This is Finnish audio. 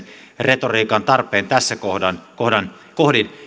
retoriikan tarpeen tässä kohdin